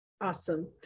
Awesome